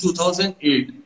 2008